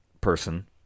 person